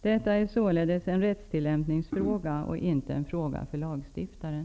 Detta är således en rättstillämpningsfråga och inte en fråga för lagstiftaren.